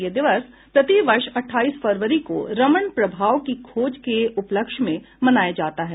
यह दिवस प्रतिवर्ष अट्ठाईस फरवरी को रमण प्रभाव की खोज के उपलक्ष्य में मनाया जाता है